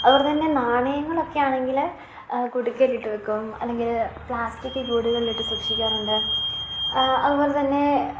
അതുപോലെതന്നെ നാണയങ്ങളൊക്കെ ആണെങ്കിൽ കുടുക്കയിലിട്ട് വെക്കും അല്ലെങ്കിൽ പ്ലാസ്റ്റിക് കൂടുകളിലിട്ട് സൂക്ഷിക്കാറുണ്ട് അതുപോലെതന്നെ